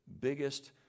biggest